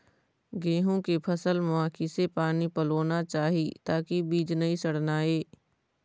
गेहूं के फसल म किसे पानी पलोना चाही ताकि बीज नई सड़ना ये?